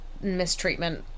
mistreatment